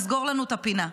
לסגור לנו את הפינה.